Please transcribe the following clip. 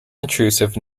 intrusive